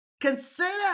Consider